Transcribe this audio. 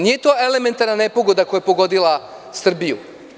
Nije to elementarna nepogoda koja je pogodila Srbiju.